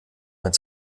mit